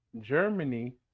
Germany